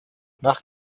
nach